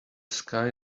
sky